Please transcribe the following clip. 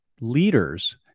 leaders